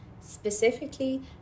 Specifically